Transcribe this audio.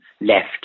left